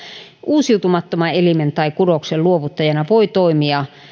uusiutumattoman elimen tai kudoksen luovuttajana voi toimia